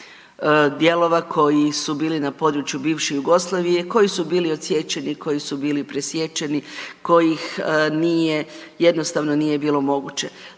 dijelova koji su bili na području bivše Jugoslavije koji su bili odsječeni, koji su bili presječeni, kojih jednostavno nije bilo moguće.